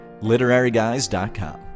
LiteraryGuys.com